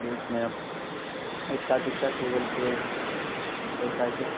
बीचमे इतना दिक्कत हो गेल छै पैसाके